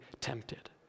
tempted